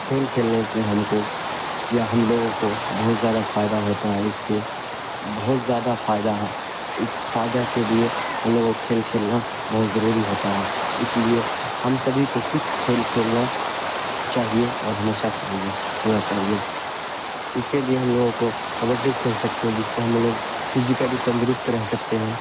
کھیل کھیلنے سے ہم کو یا ہم لوگوں کو بہت زیادہ فائدہ ہوتا ہے اس کے بہت زیادہ فائدہ ہے اس فائدہ کے لیے ہم لوگوں کھیل کھیلنا بہت ضروری ہوتا ہے اس لیے ہم سبھی کو کچھ کھیل کھیلنا چاہیے اور ہمیشہ چاہیے کھیلنا چاہیے اس کے لیے ہم لوگوں کو کبڈی کھیل سکتے ہیں جس سے ہم لوگ فزیکلی تندرست رہ سکتے ہیں